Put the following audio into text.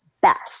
best